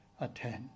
attend